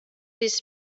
this